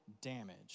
damage